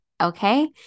okay